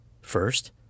First